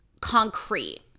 concrete